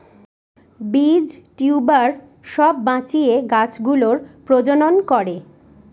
বীজ, টিউবার সব বাঁচিয়ে গাছ গুলোর প্রজনন করে